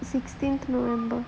sisxteen november